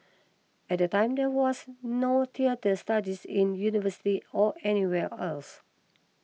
at that time there was no theatre studies in university or anywhere else